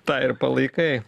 tą ir palaikai